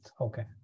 okay